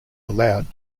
allowed